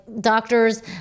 Doctors